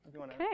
Okay